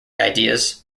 ideas